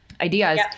ideas